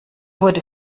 wurde